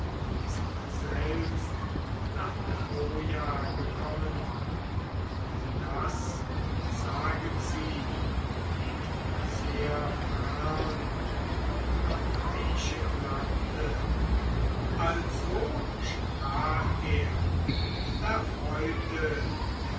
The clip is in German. ist selbst nach troja gekommen und das sagen sie liegt sehr fern vom achaiischen lande also sprach er da